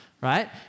right